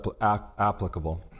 applicable